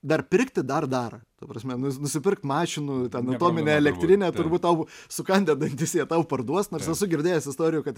dar pirkti dar dar ta prasme nu nusipirkt mašinų ten atominę elektrinę turbūt tau sukandę dantis jie tau parduos nors esu girdėjęs istorijų kad